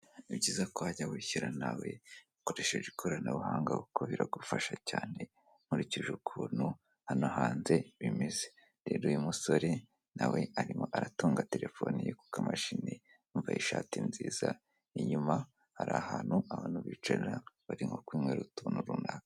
Ni byiza ko wajya wishyira nawe nkoresheje ikoranabuhanga kuko biragufasha cyane nkurikije ukuntu hano hanze bimeze, rero uyu musore nawe arimo aratunga telefone ye ku kamashini, yambaye ishati nziza, inyuma hari ahantu abantu bicara barimo harimo utuntu runaka.